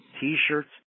T-shirts